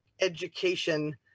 education